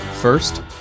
First